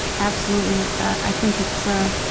absolutely. i think it's ah